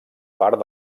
part